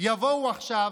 יבואו עכשיו,